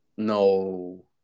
No